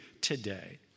today